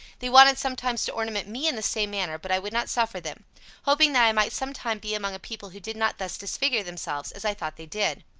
they wanted sometimes to ornament me in the same manner, but i would not suffer them hoping that i might some time be among a people who did not thus disfigure themselves, as i thought they did.